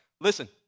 listen